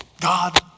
God